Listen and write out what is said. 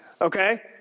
Okay